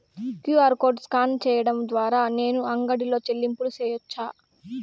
QR code scan సేయడం ద్వారా నేను అంగడి లో చెల్లింపులు సేయొచ్చా?